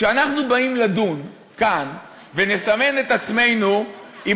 כשאנחנו באים לדון כאן ולסמן את עצמנו אם